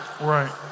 Right